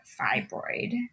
fibroid